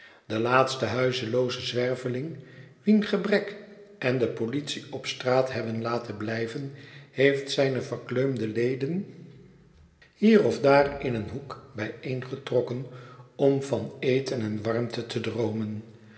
de laatste huislooze zwerveling wien gebrek en de politie op straat hebben laten blijven heeft zijne verkleumde leden hier of daar in een hoek bijeengetrokken om van eten en warmte te droomen